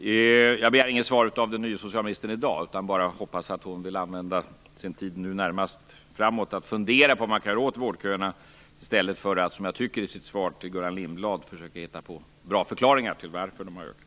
Jag begär inget svar av den nye socialministern i dag. Jag kan bara hoppas att hon vill använda sin tid närmast framåt åt att fundera på vad man kan göra åt vårdköerna i stället för att, som jag tycker att hon gör i sitt svar till Gullan Lindblad, försöka hitta på bra förklaringar till att de har ökat.